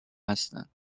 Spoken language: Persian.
هستند